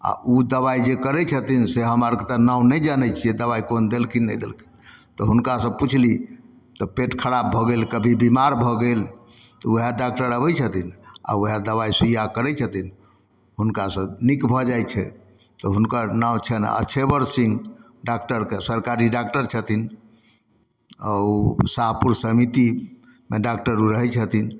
आओर उ दबाइ जे करय छथिन से हमरा आरके तऽ नाम नहि जनय छियै जे दबाइ कोन देलखिन नहि देलखिन तऽ हुनकासँ पुछली तऽ पेट खराब भऽ गेल कभी बीमार भऽ गेल तऽ उएह डाक्टर अबय छथिन आओर उएह दबाइ सुइया करय छथिन हुनकासँ नीक भऽ जाइ छै तऽ हुनकर नाम छनि अच्छेबर सिंह डाक्टरके सरकारी डॉक्टर छथिन आओर साहपुर समितीमे डाक्टर ओ रहय छथिन